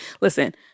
Listen